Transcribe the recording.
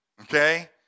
Okay